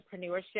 entrepreneurship